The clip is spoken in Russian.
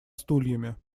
стульями